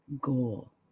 goal